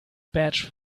badge